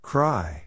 Cry